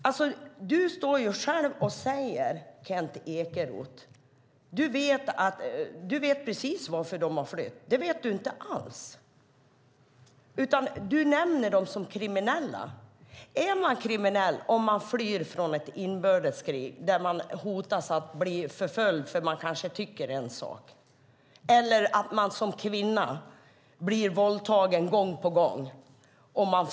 Kent Ekeroth hävdar att han vet precis varför dessa människor har flytt. Det vet du inte alls. Du benämner dem som kriminella. Är man kriminell om man flyr från ett inbördeskrig där man hotas att bli förföljd för att man tycker en sak eller för att man som kvinna blir våldtagen gång på gång?